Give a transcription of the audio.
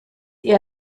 ihr